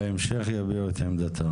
בהמשך יביעו את עמדתם.